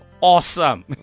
awesome